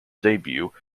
debut